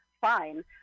fine